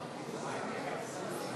48 בעד ההצעה,